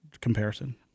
comparison